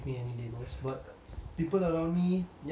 people around me ya they will label me